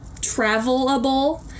travelable